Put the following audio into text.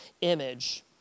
image